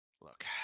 Look